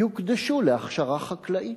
"יוקדשו להכשרה חקלאית".